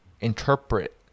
interpret